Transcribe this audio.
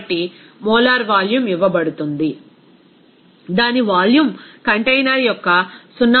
కాబట్టి molar volume ఇవ్వబడుతుంది దాని వాల్యూమ్ కంటైనర్ యొక్క 0